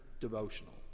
devotional